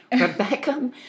Rebecca